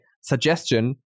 suggestion